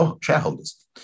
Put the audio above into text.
shareholders